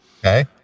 okay